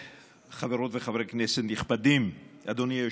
חברות וחברי כנסת נכבדים, אדוני היושב-ראש,